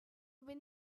but